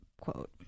quote